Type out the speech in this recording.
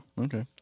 okay